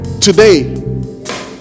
Today